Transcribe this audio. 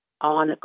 on